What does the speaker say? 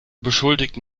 beschuldigt